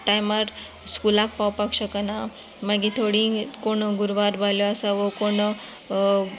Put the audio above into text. टायमार स्कुलाक पावपाक शकना मागीर थोडी कोण गुरवार बायलो आसा वो कोण